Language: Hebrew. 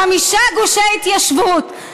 חמישה גושי התיישבות.